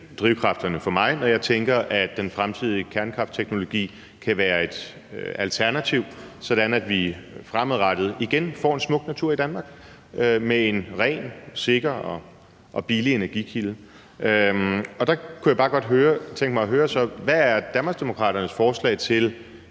drivkrafterne for mig, når jeg tænker, at den fremtidige kernekraftteknologi kan være et alternativ, sådan at vi fremadrettet igen får en smuk natur i Danmark med en ren, sikker og billig energikilde. Jeg kunne bare godt tænke mig at høre: Hvad er Danmarksdemokraternes forslag til,